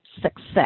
success